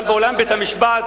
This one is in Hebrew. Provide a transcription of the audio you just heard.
אבל באולם בית-המשפט,